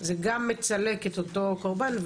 זה גם מצלק את אותו קורבן,